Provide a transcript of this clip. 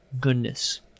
goodness